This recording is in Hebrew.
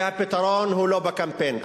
שהפתרון הוא לא בקמפיין.